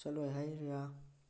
ꯆꯠꯂꯣꯏ ꯍꯥꯏꯔꯤꯔꯥ